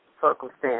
circumstance